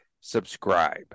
subscribe